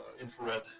infrared